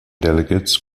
delegates